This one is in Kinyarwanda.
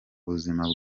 buzima